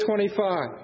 25